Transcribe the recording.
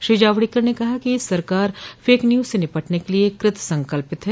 श्री जावड़ेकर ने कहा कि सरकार फेक न्यूज से निपटने के लिए कृत संकल्प है